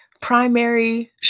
primary